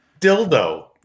dildo